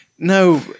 No